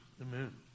Amen